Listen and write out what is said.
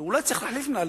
ואולי צריך להחליף מנהלים,